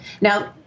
Now